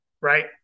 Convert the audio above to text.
right